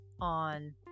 on